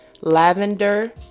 lavender